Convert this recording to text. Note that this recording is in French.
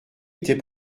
était